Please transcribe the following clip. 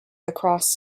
across